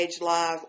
live